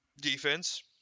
defense